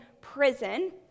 prison